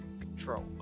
Control